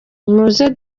muze